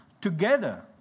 together